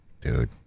Dude